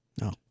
No